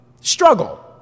struggle